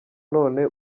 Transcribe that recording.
none